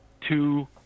two